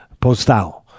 Postal